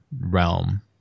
realm